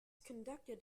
conducted